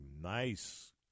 nice